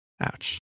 Ouch